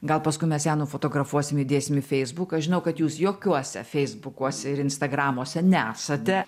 gal paskui mes ją nufotografuosim įdėsim į feisbuką žinau kad jūs jokiuose feisbukuose ir instagramuose nesate